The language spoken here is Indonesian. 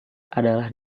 adalah